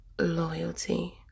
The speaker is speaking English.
loyalty